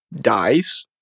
dies